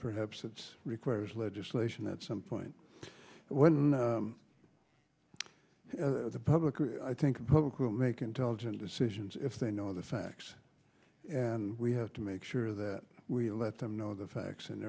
perhaps it's requires legislation at some point when the public or i think the public will make intelligent decisions if they know the facts and we have to make sure that we let them know the facts and